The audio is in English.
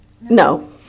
No